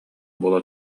буола